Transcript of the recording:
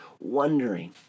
wondering